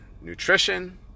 nutrition